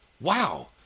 Wow